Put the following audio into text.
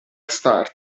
start